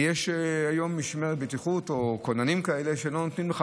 יש היום משמרת בטיחות או כוננים כאלה שלא נותנים לך.